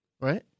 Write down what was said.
Right